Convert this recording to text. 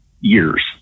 years